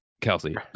Kelsey